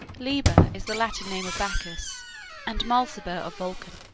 liber is the latin name of bacchus and mulciber of vulcan.